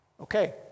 Okay